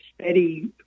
steady